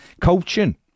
Coaching